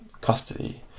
custody